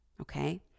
okay